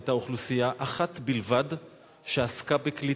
היתה אוכלוסייה אחת בלבד שעסקה בקליטתם,